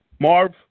Marv